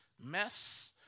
Mess